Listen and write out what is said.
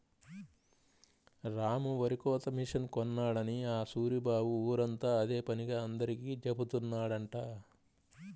రాము వరికోత మిషన్ కొన్నాడని ఆ సూరిబాబు ఊరంతా అదే పనిగా అందరికీ జెబుతున్నాడంట